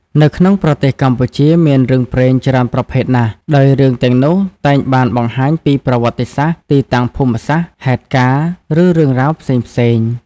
នៅក្នុងប្រទេសកម្ពុជា មានរឿងព្រេងច្រើនប្រភេទណាស់ ដោយរឿងទាំងនោះតែងបានបង្ហាញពី ប្រវត្តិសាស្រ្ដ ទីតាំងភូមិសាស្រ្ដ ហេតុការណ៍ ឬរឿងរ៉ាវផ្សេងៗ។